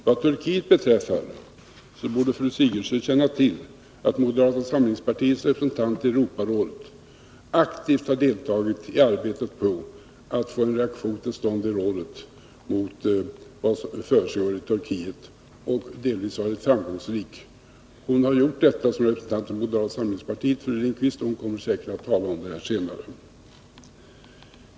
Vad Turkiet beträffar borde fru Sigurdsen känna till att moderata samlingspartiets representant i Europarådet aktivt har deltagit i arbetet på att få en reaktion till stånd i rådet mot vad som försiggår i Turkiet och delvis varit framgångsrik. Inger Lindquist har gjort detta såsom representant för moderata samlingspartiet, och hon kommer säkert att beröra denna sak i sitt anförande senare.